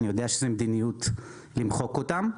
אני יודע שזאת מדיניות למחוק אותם.